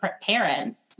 parents